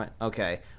Okay